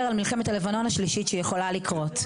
על מלחמת לבנון השלישית שיכולה לקרות.